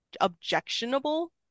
objectionable